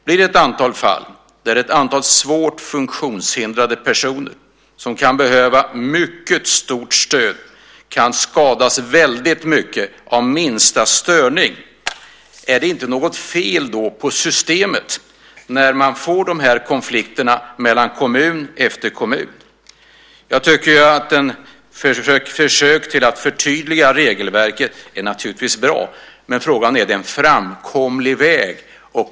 Om vi får ett antal fall där svårt funktionshindrade personer med stort behov av stöd kan skadas av minsta störning då är frågan om det inte är något fel på systemet med tanke på att dessa konflikter uppstår mellan alltfler kommuner. Försök att förtydliga regelverket är naturligtvis bra, men är det en framkomlig väg?